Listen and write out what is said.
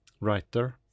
writer